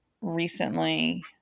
recently